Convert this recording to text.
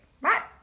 right